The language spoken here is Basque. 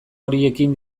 horiekin